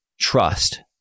trust